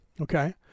okay